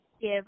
give